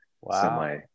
Wow